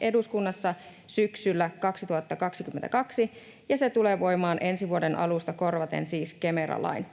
eduskunnassa syksyllä 2022, ja se tulee voimaan ensi vuoden alusta, korvaten siis Kemera-lain.